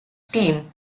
team